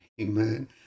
Amen